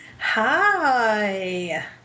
Hi